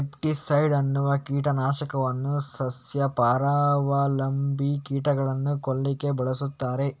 nematicide ಅನ್ನುವ ಕೀಟ ನಾಶಕವನ್ನ ಸಸ್ಯ ಪರಾವಲಂಬಿ ಕೀಟಗಳನ್ನ ಕೊಲ್ಲಿಕ್ಕೆ ಬಳಸ್ತಾರೆ